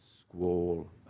squall